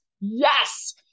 Yes